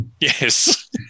Yes